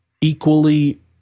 equally